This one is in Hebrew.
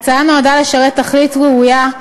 ההצעה נועדה לשרת תכלית ראויה,